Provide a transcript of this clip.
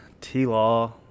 T-Law